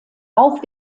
auch